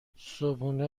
صبحونه